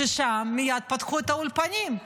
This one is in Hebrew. ושם מייד פתחו את האולפנים.